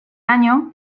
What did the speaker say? año